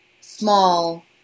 small